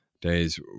days